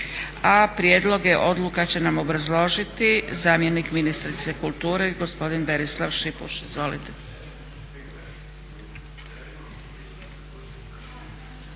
a prijedloge odluka će nam obrazložiti zamjenik ministrice kulture gospodin Berislav Šipuš. Izvolite.